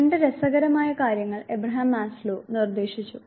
രണ്ട് രസകരമായ കാര്യങ്ങൾ എബ്രഹാം മാസ്ലോ നിർദ്ദേശിച്ചു